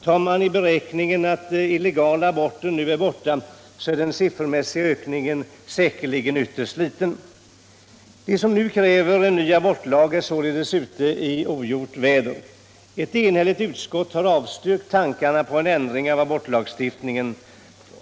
Tar man i beräkningen att illegala aborter nu är borta, så är den siffermässiga ökningen säkerligen ytterst liten. De som nu kräver en ny abortlag är således ute i fullständigt ogjort väder. Ett enhälligt utskott har avstyrkt tankarna på en ändring av abortlagstiftningen.